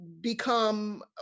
become